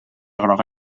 groga